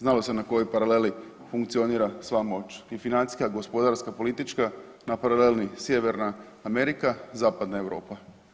Znalo se na kojoj paraleli funkcionira sva moć i financijska, gospodarska, politička na paraleli Sjeverna Amerika - Zapadna Europa.